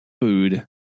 food